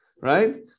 right